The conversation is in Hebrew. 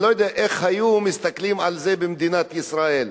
אני לא יודע איך היו מסתכלים על זה במדינת ישראל.